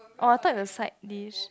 oh I thought it was side dish